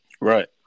Right